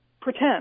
pretend